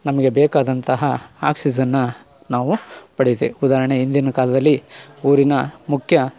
ನಮಗೆ ಬೇಕಾದಂತಹ ಆಕ್ಸಿಜನ್ ನಾವು ಪಡೆಯುತ್ತೇ ಉದಾಹರ್ಣೆ ಹಿಂದಿನ ಕಾಲದಲ್ಲಿ ಊರಿನ ಮುಖ್ಯ